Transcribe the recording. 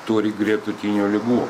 turi gretutinių ligų